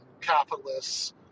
capitalists